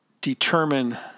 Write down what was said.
determine